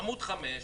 עמ' 5,